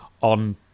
on